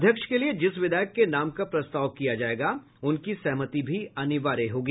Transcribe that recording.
अध्यक्ष के लिए जिस विधायक के नाम का प्रस्ताव किया जायेगा उनकी सहमति भी अनिवार्य होगी